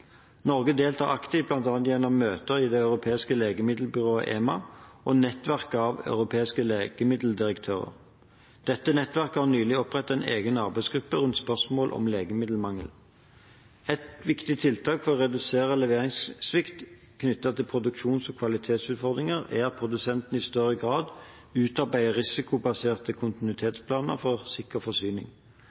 Norge deltar aktivt, bl.a. gjennom møter i Det europeiske legemiddelbyrået, EMA, og nettverket av europeiske legemiddeldirektører. Dette nettverket har nylig opprettet en egen arbeidsgruppe rundt spørsmål om legemiddelmangel. Et viktig tiltak for å redusere leveringssvikt knyttet til produksjons- og kvalitetsutfordringer er at produsentene i større grad utarbeider risikobaserte kontinuitetsplaner for sikker forsyning.